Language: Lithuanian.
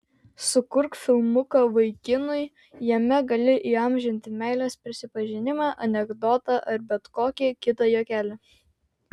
sukurk filmuką vaikinui jame gali įamžinti meilės prisipažinimą anekdotą ar bet kokį kitą juokelį